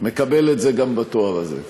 מקבל את זה גם בתואר הזה.